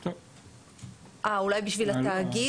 אה, אולי בשביל התאגיד?